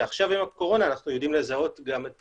ועכשיו עם הקורונה אנחנו יודעים לזהות גם את